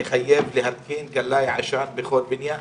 כל שנה יש את ההצפות שם בכביש הראשי,